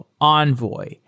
Envoy